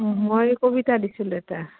মই কবিতা দিছিলোঁ এটা